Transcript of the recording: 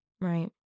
Right